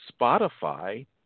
Spotify